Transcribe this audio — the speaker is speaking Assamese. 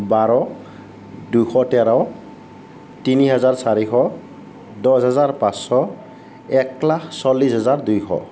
বাৰ দুশ তেৰ তিনি হাজাৰ চাৰিশ দহ হাজাৰ পাঁচশ এক লাখ চল্লিছ হাজাৰ দুশ